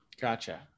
Gotcha